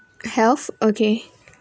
health okay